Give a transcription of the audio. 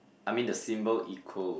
I mean the symbol equal